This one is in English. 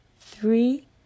three